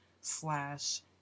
slash